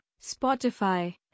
Spotify